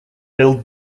build